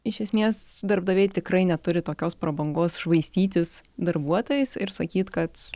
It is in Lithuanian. iš esmės darbdaviai tikrai neturi tokios prabangos švaistytis darbuotojais ir sakyt kad